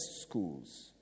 schools